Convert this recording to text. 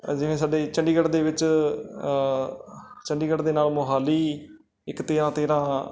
ਜਿਵੇਂ ਸਾਡੇ ਚੰਡੀਗੜ੍ਹ ਦੇ ਵਿੱਚ ਚੰਡੀਗੜ੍ਹ ਦੇ ਨਾਲ ਮੋਹਾਲੀ ਇੱਕ ਤੇਰਾ ਤੇਰਾ